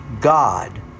God